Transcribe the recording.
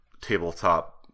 tabletop